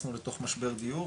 נכנסנו לתוך משבר דיור,